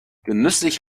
genüsslich